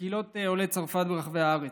בקהילות עולי צרפת ברחבי הארץ.